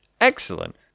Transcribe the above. Excellent